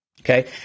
okay